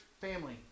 family